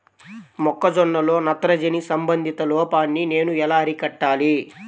మొక్క జొన్నలో నత్రజని సంబంధిత లోపాన్ని నేను ఎలా అరికట్టాలి?